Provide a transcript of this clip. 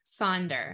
Sonder